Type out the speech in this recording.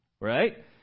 right